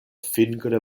fingre